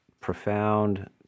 profound